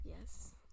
Yes